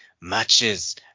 matches